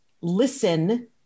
listen